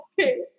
okay